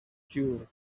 cure